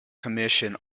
commission